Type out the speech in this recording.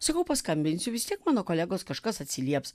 sakau paskambinsiu visi mano kolegos kažkas atsilieps